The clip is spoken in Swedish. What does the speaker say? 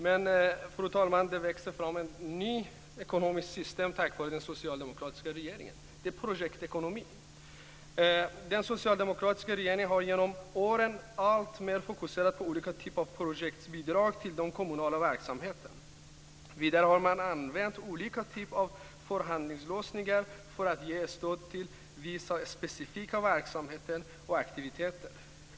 Men, fru talman, det växer fram ett nytt ekonomiskt system tack vare den socialdemokratiska regeringen. Det är projektekonomi. Den socialdemokratiska regeringen har genom åren alltmer fokuserat på olika typer av projektbidrag till de kommunala verksamheterna. Vidare har man använt olika typer av förhandlingslösningar för att ge stöd till vissa specifika verksamheter och aktiviteter.